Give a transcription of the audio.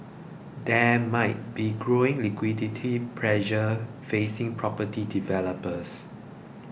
there might be growing liquidity pressure facing property developers